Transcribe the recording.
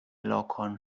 lokon